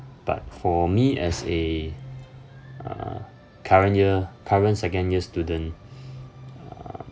but for me as a uh current year current second year student uh